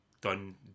done